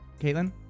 Caitlin